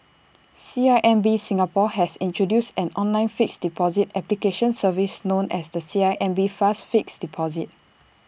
C I M B Singapore has introduced an online fixed deposit application service known as the C I M B fast fixed deposit